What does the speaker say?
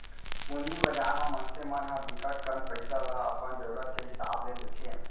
पूंजी बजार म मनसे मन ह बिकट कन पइसा ल अपन जरूरत के हिसाब ले लेथे